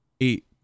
eight